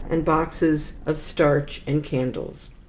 and boxes of starch and candles.